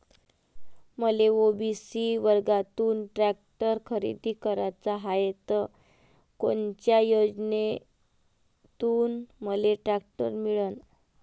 मले ओ.बी.सी वर्गातून टॅक्टर खरेदी कराचा हाये त कोनच्या योजनेतून मले टॅक्टर मिळन?